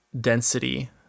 density